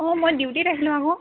অ মই ডিউটিত আহিলোঁ আকৌ